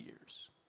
years